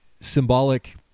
symbolic